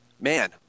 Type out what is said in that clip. Man